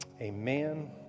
Amen